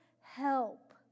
Help